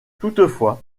toutefois